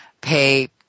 pay